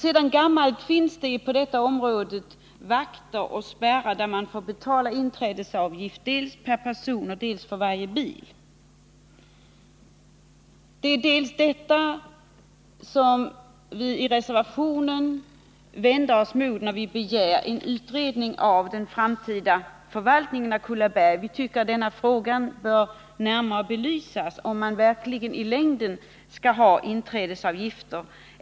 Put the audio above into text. Sedan gammalt finns på detta område vakter och spärrar, där man får betala inträdesavgift dels för varje person, dels för varje bil. Det är till en del detta vi vänder oss mot när vi i reservationen begär en utredning av den framtida förvaltningen av Kullaberg. Vi tycker att det bör närmare undersökas om man i längden verkligen bör ta ut inträdesavgifter.